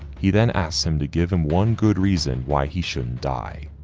he then asks him to give him one good reason why he shouldn't die,